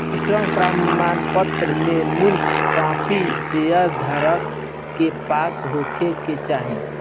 stock प्रमाणपत्र में मूल कापी शेयर धारक के पास होखे के चाही